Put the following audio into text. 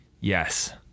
Yes